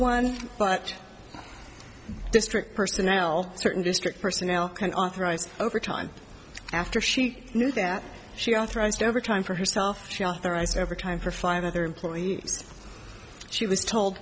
one but district personnel certain district personnel can authorized overtime after she knew that she authorized overtime for herself she authorized overtime for five other employees she was told